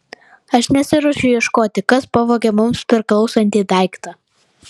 aš nesiruošiu ieškoti kas pavogė mums priklausantį daiktą